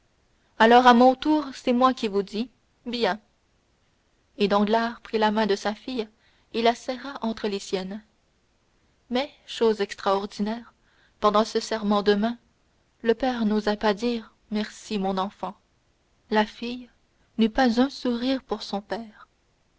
alors à mon tour c'est moi qui vous dis bien et danglars prit la main de sa fille et la serra entre les siennes mais chose extraordinaire pendant ce serrement de main le père n'osa pas dire merci mon enfant la fille n'eut pas un sourire pour son père